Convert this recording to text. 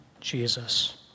Jesus